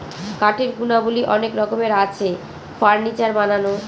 কাঠের গুণাবলী অনেক রকমের আছে, ফার্নিচার বানানো